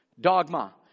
Dogma